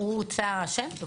הוא נמצא אשם ופוטר.